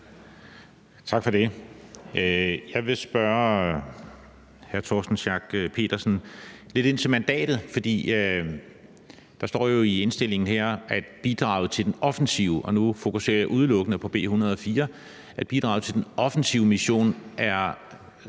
Tak for det. Jeg vil spørge hr. Torsten Schack Pedersen lidt ind til mandatet, for der står jo i indstillingen her – og nu fokuserer jeg udelukkende på B 104 – at bidraget til den offensive mission har